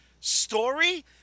story